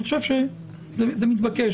אני חושב שזה מתבקש.